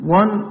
one